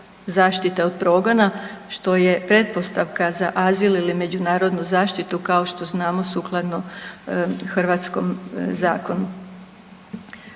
zaštite od progona što je pretpostavka za azil ili međunarodnu zaštitu kao što znamo sukladno hrvatskom zakonu.